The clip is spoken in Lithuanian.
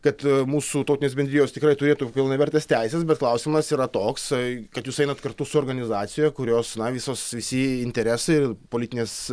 kad mūsų tautinės bendrijos tikrai turėtų pilnavertes teises bet klausimas yra toks kad jūs einat kartu su organizacija kurios visos visi interesai politinės